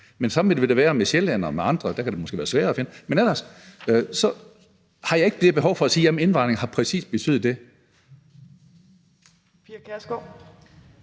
men sådan vil det også være med sjællændere og andre – der kan det måske være sværere at finde. Men jeg har ikke det der behov for at sige, at indvandringen har betydet